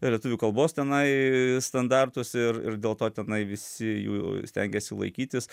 lietuvių kalbos tenai standartus ir dėl to tenai visi jų stengiasi laikytis